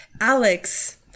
Alex